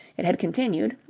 it had continued,